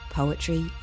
poetry